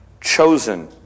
Chosen